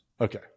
Okay